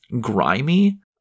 grimy